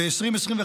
ב-2021,